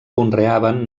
conreaven